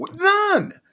None